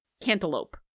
cantaloupe